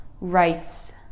rights